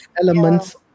elements